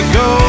go